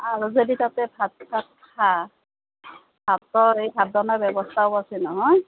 আৰু যদি তাতে ভাত চাত খা ভাতৰ এই ভাত বনোৱাৰ ব্য়ৱস্থাও আছে নহয়